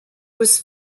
was